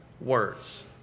words